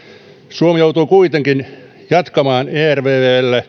suomi joutuu kuitenkin jatkamaan ervvlle